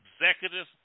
executive